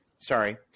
sorry